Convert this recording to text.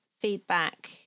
feedback